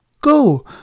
Go